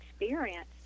experience